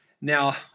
Now